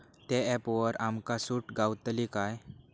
त्या ऍपवर आमका सूट गावतली काय?